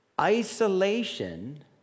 Isolation